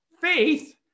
faith